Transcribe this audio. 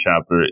chapter